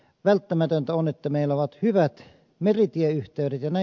välttämätöntä on että meillä on hyvät meritieyhteydet